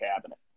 cabinet